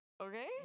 okay